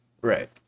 Right